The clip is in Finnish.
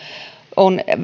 on